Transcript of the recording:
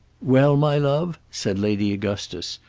well, my love? said lady augustus,